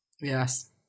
Yes